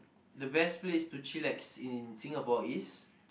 the best place to chillax in Singapore is